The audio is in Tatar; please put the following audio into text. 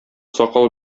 сакал